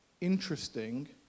interesting